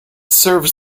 serves